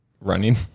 running